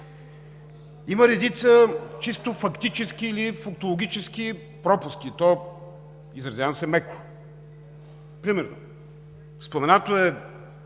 Има редица чисто фактически или фактологически пропуски, и то, изразявам се меко. Примерно, споменато е,